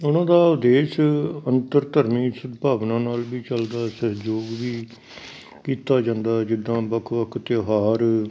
ਉਹਨਾਂ ਦਾ ਉਦੇਸ਼ ਅੰਤਰ ਧਰਮੀ ਸਦਭਾਵਨਾ ਨਾਲ ਵੀ ਚੱਲਦਾ ਸਹਿਯੋਗ ਵੀ ਕੀਤਾ ਜਾਂਦਾ ਜਿੱਦਾਂ ਵੱਖ ਵੱਖ ਤਿਉਹਾਰ